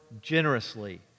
generously